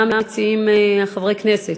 מה מציעים חברי הכנסת?